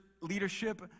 leadership